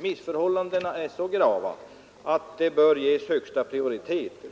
missförhållandena i det här fallet är så grava att den här forskningen bör ges högsta prioritet.